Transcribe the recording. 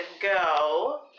go